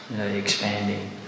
expanding